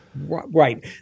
Right